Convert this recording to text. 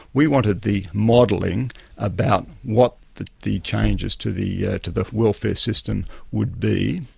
we wanted the modelling about what the the changes to the yeah to the welfare system would be,